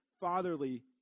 fatherly